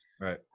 Right